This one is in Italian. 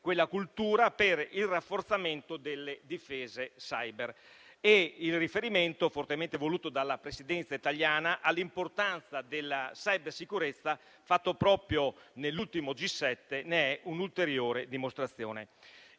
quella cultura per il rafforzamento delle difese *cyber.* E il riferimento fortemente voluto dalla Presidenza italiana all'importanza della cybersicurezza, fatto proprio nell'ultimo G7, ne è un'ulteriore dimostrazione.